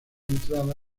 entrada